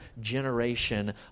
generation